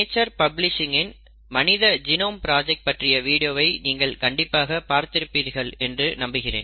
nature Publishing இன் மனித genome project பற்றிய வீடியோவை நீங்கள் கண்டிப்பாக பார்த்திருப்பீர்கள் என்று நம்புகிறேன்